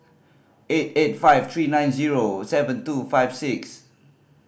eight eight five three nine zero seven two five six